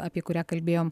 apie kurią kalbėjom